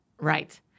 Right